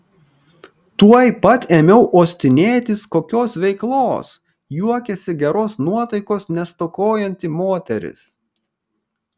tuoj pat ėmiau uostinėtis kokios veiklos juokėsi geros nuotaikos nestokojanti moteris